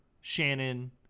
shannon